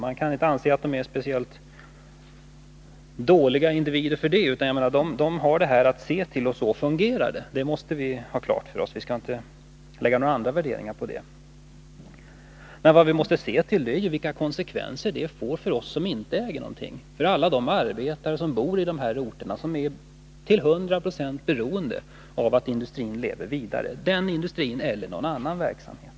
Man kan inte anse att de är speciellt ”dåliga” individer för det. De har sina intressen att se till. Så oe fungerar det — det måste vi ha klart för oss. Vi skall inte anlägga några andra värderingar på detta handlande. Men vi måste ta hänsyn till vilka konsekvenser detta får för oss som inte äger någonting, för alla arbetare som bor på dessa orter och som till hundra procent är beroende av att industrin lever vidare — befintlig industri eller någon annan verksamhet.